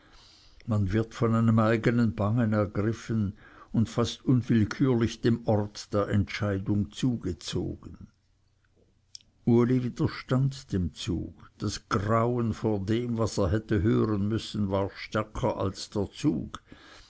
man wird von einem eigenen bangen ergriffen und fast unwillkürlich dem orte der entscheidung zu gezogen uli widerstand dem zug das grauen vor dem was er hätte hören müssen war stärker als der zug